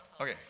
Okay